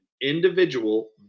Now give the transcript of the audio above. individual